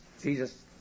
Jesus